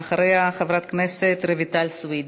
ואחריה, חברת הכנסת רויטל סויד.